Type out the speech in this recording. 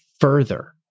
further